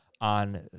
on